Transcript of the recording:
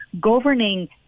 governing